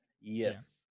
Yes